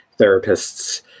therapists